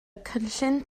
cynllun